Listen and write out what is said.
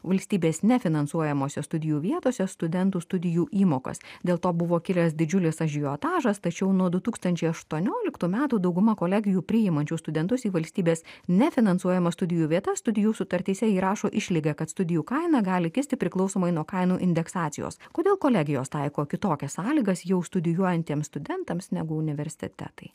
valstybės nefinansuojamose studijų vietose studentų studijų įmokas dėl to buvo kilęs didžiulis ažiotažas tačiau nuo du tūkstančiai aštuonioliktų metų dauguma kolegijų priimančių studentus į valstybės nefinansuojamas studijų vietas studijų sutartyse įrašo išlygą kad studijų kaina gali kisti priklausomai nuo kainų indeksacijos kodėl kolegijos taiko kitokias sąlygas jau studijuojantiems studentams negu universitetai